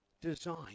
design